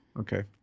Okay